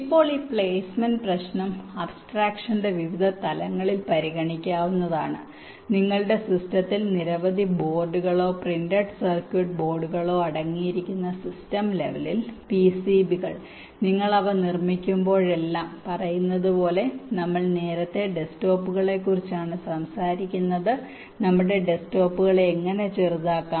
ഇപ്പോൾ ഈ പ്ലേസ്മെന്റ് പ്രശ്നം അബ്സ്ട്രക്ഷന്റെ വിവിധ തലങ്ങളിൽ പരിഗണിക്കാവുന്നതാണ് നിങ്ങളുടെ സിസ്റ്റത്തിൽ നിരവധി ബോർഡുകളോ പ്രിന്റഡ് സർക്യൂട്ട് ബോർഡുകളോ അടങ്ങിയിരിക്കുന്ന സിസ്റ്റം ലെവലിൽ പിസിബികൾ നിങ്ങൾ അവ നിർമ്മിക്കുമ്പോഴെല്ലാം പറയുന്നതുപോലെ നമ്മൾ നേരത്തെ ഡെസ്ക്ടോപ്പുകളെക്കുറിച്ചാണ് സംസാരിക്കുന്നത് നമ്മുടെ ഡെസ്ക്ടോപ്പുകളെ എങ്ങനെ ചെറുതാക്കാം